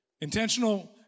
Intentional